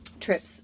trips